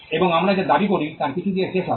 এবং আমরা যা দাবি করি তার কিছু দিয়ে শেষ হবে